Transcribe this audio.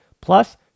Plus